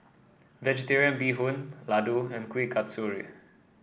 vegetarian Bee Hoon Laddu and Kuih Kasturi